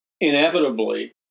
Inevitably